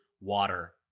water